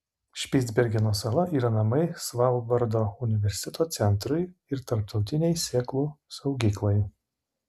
špicbergeno sala yra namai svalbardo universiteto centrui ir tarptautinei sėklų saugyklai